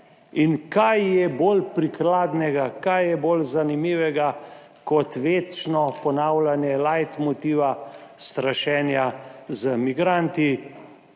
In kaj je bolj prikladnega? Kaj je bolj zanimivega kot večno ponavljanje leight motiva strašenja z migranti,